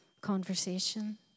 conversation